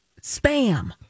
spam